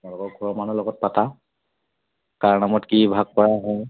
তোমালোকৰ ঘৰৰ মানুহৰ লগত পাতা কাৰ নামত কি ভাগ কৰা হয়